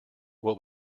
what